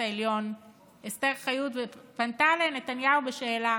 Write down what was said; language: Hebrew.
העליון אסתר חיות ופנתה לנתניהו בשאלה: